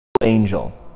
angel